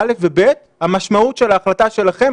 ב-א' וב-ב' המשמעות של ההחלטה שלכם,